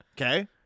Okay